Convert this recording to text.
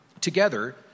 Together